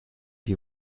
die